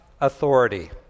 authority